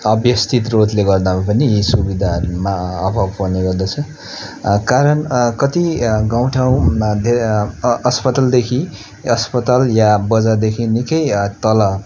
अव्यवस्थित रोडले गर्दामा पनि यी सुविधाहरूमा अभाव पर्ने गर्दछ कारण कति गाउँठाउँमा धेरै अस्पतालदेखि अस्पताल या बजारदेखि निकै तल